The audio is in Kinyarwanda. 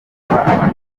amatora